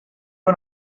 and